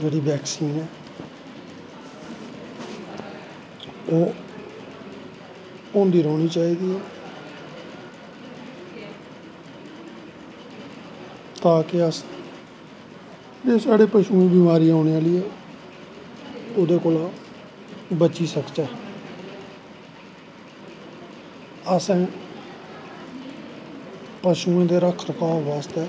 जेह्ड़ी बैक्सीन ऐ ओह् होेंदी रौह्नी चाही दी ऐ तां कि अस जेह्ड़ी साढ़े पशुएं गी बमारी औनें आह्ली ऐ ओह्दे कोला दा बची सकचै अस हां पशुएओं दे रक्ख रखाव बास्तै